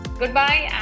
goodbye